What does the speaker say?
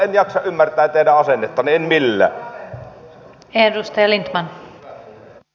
en jaksa ymmärtää teidän asennettanne en millään